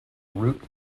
root